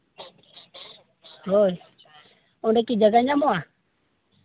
ᱦᱳᱭ ᱚᱸᱰᱮ ᱠᱤ ᱡᱟᱭᱜᱟ ᱧᱟᱢᱚᱜᱼᱟ